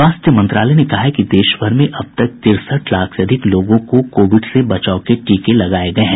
स्वास्थ्य मंत्रालय ने कहा है कि देशभर में अब तक तिरसठ लाख से अधिक लोगों को कोविड से बचाव के टीके लगाये गए हैं